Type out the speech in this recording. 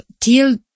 till